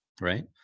right